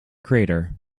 crater